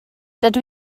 dydw